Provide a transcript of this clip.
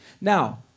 Now